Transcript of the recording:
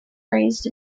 raised